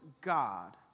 God